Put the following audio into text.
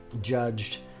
judged